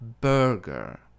burger